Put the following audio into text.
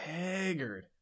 haggard